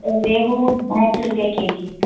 ریہو ڈھائی سو روپیہ کے جی